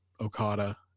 Okada